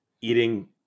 Eating